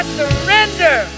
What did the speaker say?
surrender